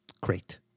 Great